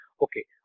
okay